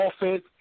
offense